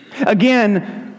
Again